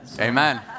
Amen